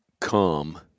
come